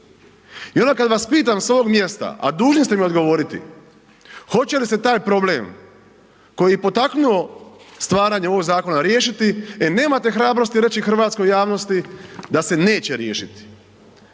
I onda kad vas pitam sa ovog mjesta, a dužni ste mi odgovoriti, hoće li se taj problem koji je potaknuo stvaranje ovog zakona riješiti, e nemate hrabrosti hrvatskoj javnosti da se neće riješiti.